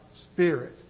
Spirit